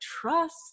trust